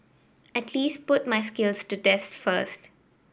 at least put my skills to test first